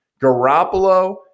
Garoppolo